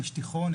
יש תיכון,